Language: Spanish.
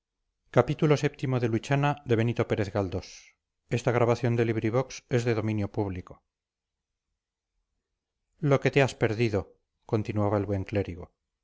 lo que te has perdido continuaba el buen clérigo